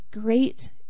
Great